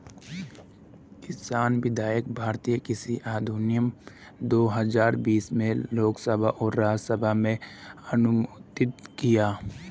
किसान विधेयक भारतीय कृषि अधिनियम दो हजार बीस में लोकसभा और राज्यसभा में अनुमोदित किया